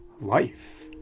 life